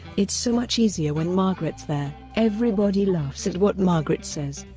it's so much easier when margaret's there everybody laughs at what margaret says.